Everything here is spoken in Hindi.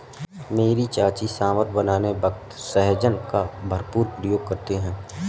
मेरी चाची सांभर बनाने वक्त सहजन का भरपूर प्रयोग करती है